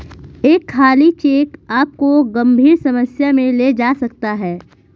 एक खाली चेक आपको गंभीर समस्या में ले जा सकता है